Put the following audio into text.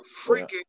freaking